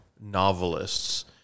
novelists